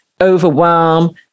overwhelm